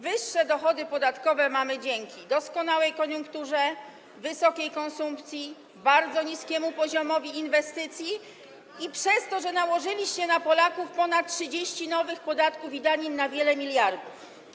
Wyższe dochody podatkowe mamy dzięki doskonałej koniunkturze, wysokiej konsumpcji, bardzo niskiemu poziomowi inwestycji i przez to, że nałożyliście na Polaków ponad 30 nowych podatków i danin na wiele miliardów.